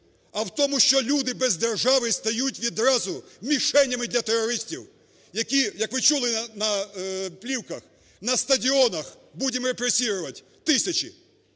а в тому, що люди без держави стають відразу мішенями для терористів, які, як ви чули на плівках, на стадіонах "будем репрессировать" тисячі.